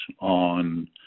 on